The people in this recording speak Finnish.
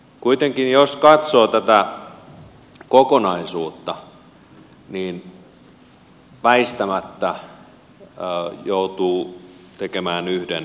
kuitenkin jos katsoo tätä kokonaisuutta niin väistämättä joutuu tekemään yhden johtopäätöksen